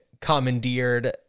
commandeered